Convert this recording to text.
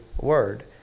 word